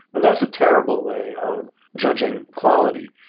and that's a terrible way of judging quality.